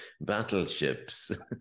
battleships